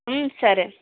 సరే